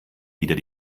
wieder